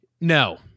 No